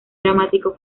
dramático